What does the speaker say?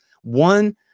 one